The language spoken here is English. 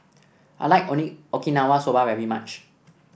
I like Okinawa Soba very much